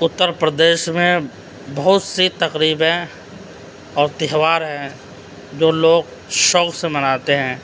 اتر پردیش میں بہت سی تقریبیں اور تہوار ہیں دو لوگ شوق سے مناتے ہیں